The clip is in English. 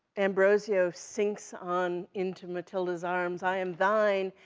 ambrosio sinks on, into matilda's arms, i am thine,